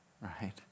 right